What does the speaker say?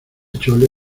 chole